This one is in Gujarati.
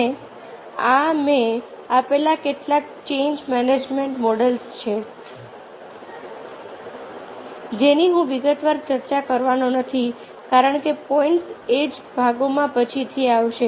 અને આ મેં આપેલા કેટલાક ચેન્જ મેનેજમેન્ટ મોડલ્સ છે જેની હું વિગતવાર ચર્ચા કરવાનો નથી કારણ કે પોઈન્ટ્સ એ જ ભાગોમાં પછીથી આવશે